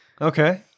Okay